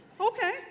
Okay